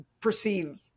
perceive